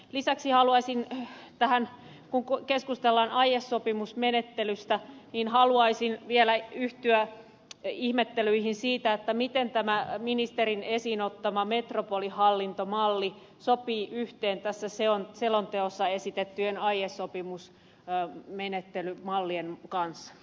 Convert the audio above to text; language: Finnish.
lisäksi haluaisin kun keskustellaan aiesopimusmenettelystä vielä yhtyä ihmettelyihin siitä miten tämä ministerin esiin ottama metropolihallintomalli sopii yhteen tässä selonteossa esitettyjen aiesopimusmenettelymallien kanssa